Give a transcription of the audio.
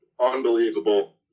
unbelievable